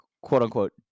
quote-unquote